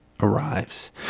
arrives